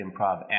improv